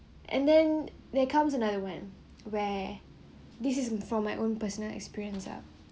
and then there comes another one where this is from my own personal experience uh